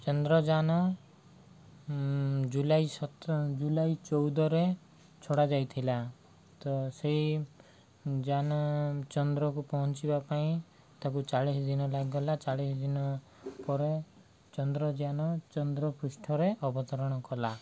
ଚନ୍ଦ୍ରଯାନ ଜୁଲାଇ ଜୁଲାଇ ଚଉଦରେ ଛଡ଼ାଯାଇଥିଲା ତ ସେଇ ଯାନ ଚନ୍ଦ୍ରକୁ ପହଞ୍ଚିବା ପାଇଁ ତାକୁ ଚାଳିଶ ଦିନ ଲାଗିଗଲା ଚାଳିଶ ଦିନ ପରେ ଚନ୍ଦ୍ରଯାନ ଚନ୍ଦ୍ରପୃଷ୍ଠରେ ଅବତରଣ କଲା